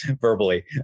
verbally